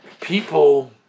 people